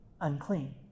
unclean